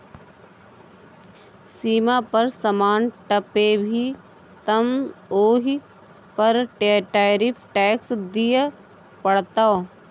सीमा पर समान टपेभी तँ ओहि पर टैरिफ टैक्स दिअ पड़तौ